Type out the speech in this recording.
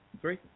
Three